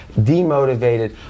demotivated